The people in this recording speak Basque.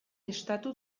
estatu